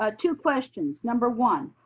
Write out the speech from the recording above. ah two questions. number one,